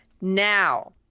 Now